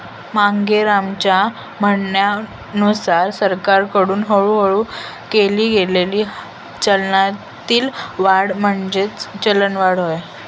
मांगेरामच्या म्हणण्यानुसार सरकारकडून हळूहळू केली गेलेली चलनातील वाढ म्हणजेच चलनवाढ होय